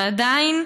ועדיין,